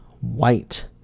white